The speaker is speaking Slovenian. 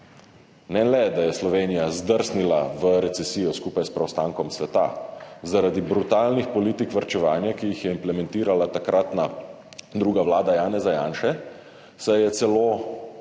Ne le da je Slovenija zdrsnila v recesijo skupaj s preostankom sveta, zaradi brutalnih politik varčevanja, ki jih je implementirala takratna druga vlada Janeza Janše, se je celo